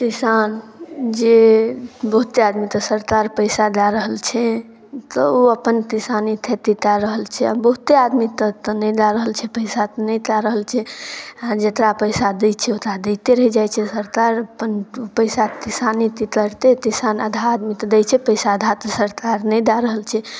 किसानजे बहुते आदमीके सरकार पइसा दऽ रहल छै तऽ ओ अपन किसानी खेती कऽ रहल छै बहुते आदमीके तऽ नहि दऽ रहल छै पइसा तऽ नहि कऽ रहल छै आओर जकरा पइसा दै छिए ओकरा दैते रहि जाइ छै सरकार अपन पइसा किसाने कि करतै किसान आधा आदमीके दै छै पइसा आधाके सरकार नहि दऽ रहल छै